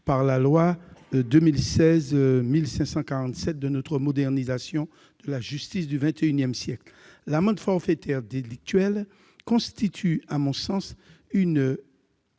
par la loi de 2016-1547 de modernisation de la justice du XXI siècle. L'amende forfaitaire délictuelle constitue à mon sens une